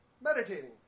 meditating